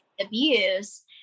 abuse